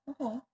Okay